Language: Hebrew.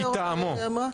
מטעמו.